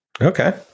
Okay